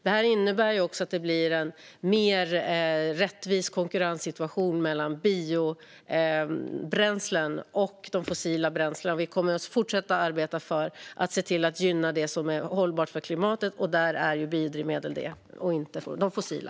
Detta innebär också att det blir en mer rättvis konkurrenssituation mellan biobränslen och fossila bränslen, och vi kommer att fortsätta arbeta för att gynna det som är hållbart för klimatet - vilket är biodrivmedel, inte fossila.